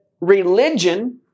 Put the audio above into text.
religion